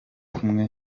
kumwe